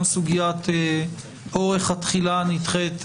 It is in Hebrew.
גם סוגיית אורך התחילה הנדחית,